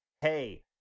Hey